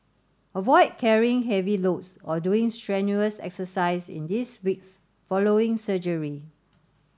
avoid carrying heavy loads or doing strenuous exercise in these weeks following surgery